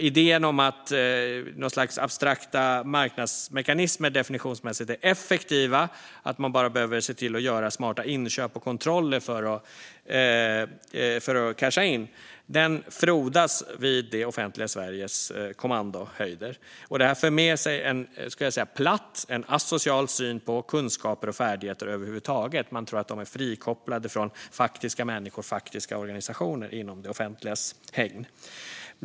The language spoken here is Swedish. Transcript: Idén om att något slags abstrakta marknadsmekanismer definitionsmässigt är effektiva och att man bara behöver se till att göra smarta inköp och kontroller för att casha in frodas vid det offentliga Sveriges kommandohöjder. Det här för med sig, menar jag, en platt och asocial syn på kunskaper och färdigheter över huvud taget. Man tror att de är frikopplade från faktiska människor och faktiska organisationer inom det offentligas hägn.